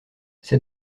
c’est